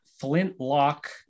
flintlock